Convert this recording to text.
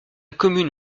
commune